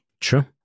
True